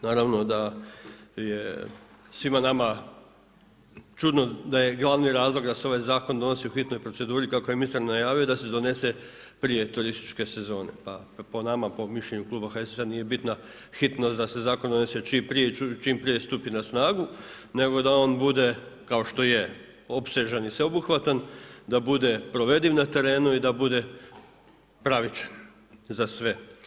Naravno da je svima nama čudno da je glavni razlog da se ovaj zakon donosi u hitnoj proceduri kako je ministar najavio da se donese prije turističke sezone, pa po nama po mišljenju kluba HSS-a nije bitna hitnost da se zakon donese prije i čim prije stupi na snagu nego da on bude kao što je opsežan i sveobuhvatan, da bude provediv na terenu i da bude pravičan za sve.